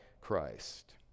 Christ